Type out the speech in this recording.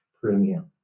premium